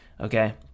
Okay